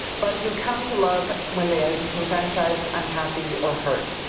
but who come to love when they are disenfranchised, unhappy or hurt.